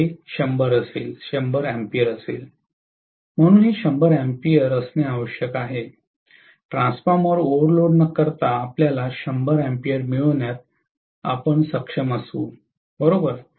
ते 100 A असेल म्हणून हे 100 A असणे आवश्यक आहे ट्रान्सफॉर्मर ओव्हरलोड न करता आपल्याला 100 A मिळविण्यात सक्षम असेल बरोबर